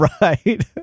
Right